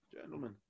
Gentlemen